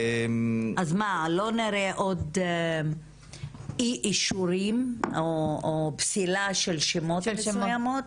אז מה לא נראה עוד אי אישורים או פסילה של שמות מסויימים?